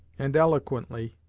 and eloquently,